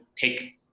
take